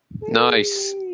Nice